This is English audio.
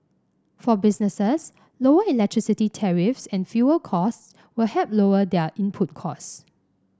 for businesses lower electricity tariffs and fuel costs will help lower their input costs